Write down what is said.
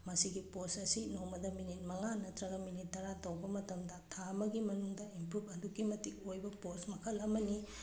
ꯃꯁꯤꯒꯤ ꯄꯣꯁ ꯑꯁꯤ ꯅꯣꯡꯃꯗ ꯃꯤꯅꯤꯠ ꯃꯉꯥ ꯅꯠꯇ꯭ꯔꯒ ꯃꯤꯅꯤꯠ ꯇꯔꯥ ꯇꯧꯕ ꯃꯇꯝꯗ ꯊꯥ ꯑꯃꯒꯤ ꯃꯅꯨꯡꯗ ꯏꯝꯄ꯭ꯔꯨꯞ ꯑꯗꯨꯛꯀꯤ ꯃꯇꯤꯛ ꯑꯣꯏꯕ ꯄꯣꯁ ꯃꯈꯜ ꯑꯃꯅꯤ